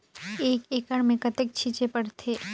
एक एकड़ मे कतेक छीचे पड़थे?